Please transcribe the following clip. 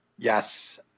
Yes